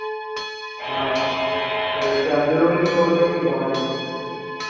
हाँ तो क्या अंदरूनी चोट है कि बाहरी चोट है